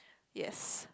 yes